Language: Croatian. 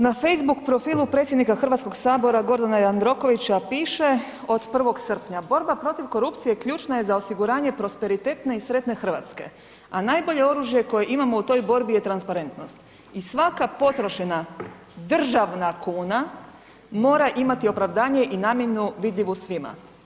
Na facebook profilu predsjednika HS Gordana Jandrokovića piše od 1. srpnja „borba protiv korupcije ključna je za osiguranje prosperitetne i sretne RH, a najbolje oružje koje imamo u toj borbi je transparentnost i svaka potrošena državna kuna mora imati opravdanje i namjenu vidljivu svima.